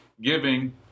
giving